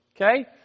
okay